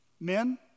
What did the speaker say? men